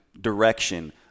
direction